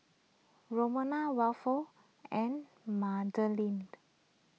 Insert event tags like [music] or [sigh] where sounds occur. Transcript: Ramona Wilford and Madelynn [noise]